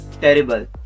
Terrible